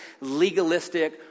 legalistic